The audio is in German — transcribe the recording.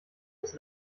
uns